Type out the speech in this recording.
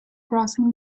crossing